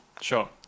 Sure